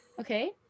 okay